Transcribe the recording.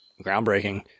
groundbreaking